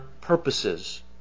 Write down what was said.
purposes